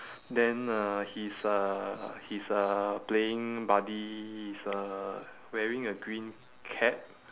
then uh his uh his uh playing buddy is uh wearing a green cap